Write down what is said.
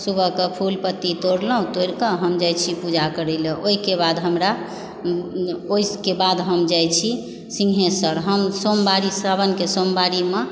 सुबह के फुल पत्ती तोड़लहुॅं तोड़ि कऽ हम जाइ छी पूजा करय लए ओहिके बाद हमरा ओहिके हम जाइ छी सिंघेश्वर हम सोमवारी सावनके सोमवारी मे